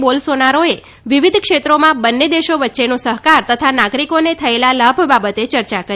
બોલસોનારોએ વિવિધ ક્ષેત્રોમાં બંને દેશો વચ્ચેનો સહકાર તથા નાગરિકોને થયેલા લાભ બાબતે યર્યા કરી